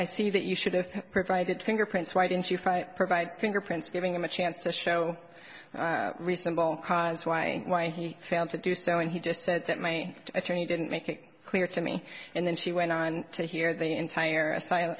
i see that you should have provided fingerprints why didn't you provide fingerprints giving them a chance to show reasonable cause why why he failed to do so and he just said that my attorney didn't make it clear to me and then she went on to hear the entire